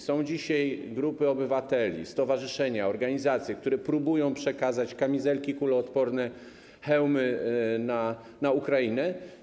Są dzisiaj grupy obywateli, stowarzyszenia, organizacje, które próbują przekazać kamizelki kuloodporne, hełmy Ukrainie.